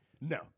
No